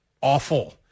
awful